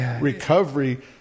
recovery